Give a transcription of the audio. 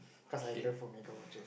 cause I love omega Orchard